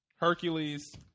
Hercules